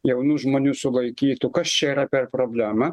jaunų žmonių sulaikytų kas čia yra per problema